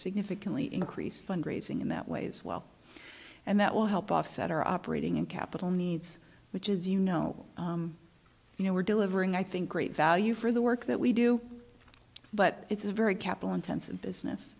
significantly increase fundraising in that way as well and that will help offset our operating and capital needs which is you know you know we're delivering i think great value for the work that we do but it's a very capital intensive business